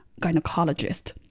gynecologist